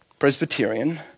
Presbyterian